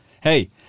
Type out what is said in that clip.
Hey